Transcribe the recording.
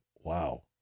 Wow